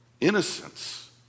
Innocence